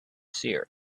seer